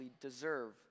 deserve